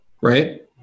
Right